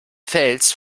fels